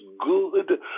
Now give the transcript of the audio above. good